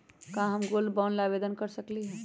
का हम gold bond ला आवेदन कर सकली ह?